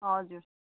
हजुर